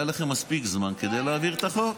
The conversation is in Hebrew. היה לכם מספיק זמן כדי להעביר את החוק.